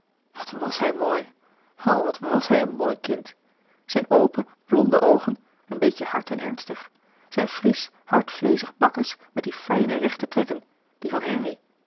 wat was hij mooi o wat was hij een mooi kind zijn open blonde oogen een beetje hard en ernstig zijn frisch hardvleezig bakkes met die fijne rechte trekken die van henri